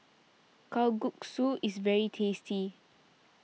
Kalguksu is very tasty